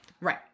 Right